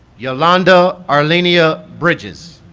yalonda arlenia bridges